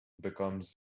becomes